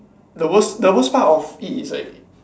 the worst the worst part of it is like